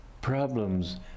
problems